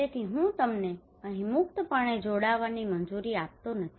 તેથી હું તમને અહીં મુક્તપણે જોડાવાની મંજૂરી આપતો નથી